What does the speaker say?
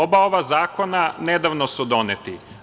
Oba ova zakona nedavno su doneti.